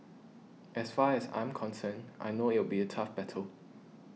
as far as I'm concerned I know it will be a tough battle